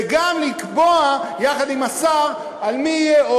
וגם לקבוע יחד עם השר מי עוד יהיה,